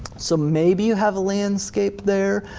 so maybe you have a landscape there,